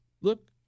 look